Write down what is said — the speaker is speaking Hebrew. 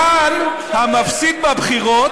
כאן המפסיד בבחירות,